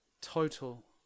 total